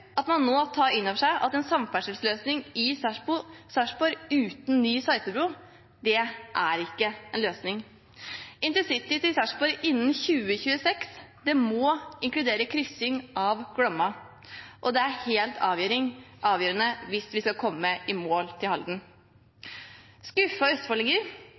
at man nå tar inn over seg at en samferdselsløsning i Sarpsborg uten ny sarpebru ikke er en løsning. Intercity til Sarpsborg innen 2026 må inkludere kryssing av Glomma, og det er helt avgjørende hvis vi skal komme i mål til